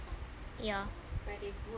ya